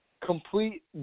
complete